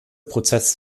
prozess